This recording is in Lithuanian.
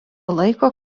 laiko